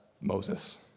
Moses